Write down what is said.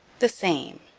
the same.